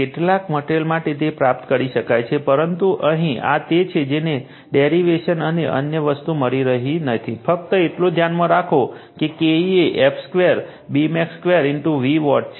કેટલાક મટેરીઅલ માટે તે પ્રાપ્ત કરી શકાય છે પરંતુ અહીં આ તે છે જેને તે ડેરિવેશન અને અન્ય વસ્તુ મળી રહી નથી ફક્ત એટલું ધ્યાનમાં રાખો કે Ke એ f 2 Bmax 2 V વોટ છે